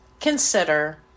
consider